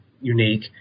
unique